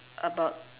about